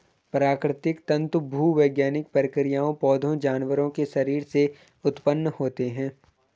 प्राकृतिक तंतु भूवैज्ञानिक प्रक्रियाओं, पौधों, जानवरों के शरीर से उत्पन्न होते हैं